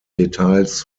details